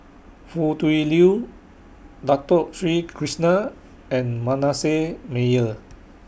Foo Tui Liew Dato Sri Krishna and Manasseh Meyer